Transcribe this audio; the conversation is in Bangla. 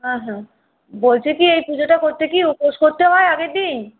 হ্যাঁ হ্যাঁ বলছি কি এই পুজোটা করতে কি উপোস করতে হয় আগের দিন